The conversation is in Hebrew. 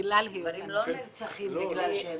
בגלל היותן נשים.